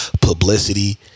publicity